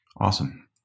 Awesome